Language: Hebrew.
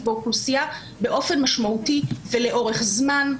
באוכלוסייה באופן משמעותי ולאורך זמן,